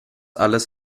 alles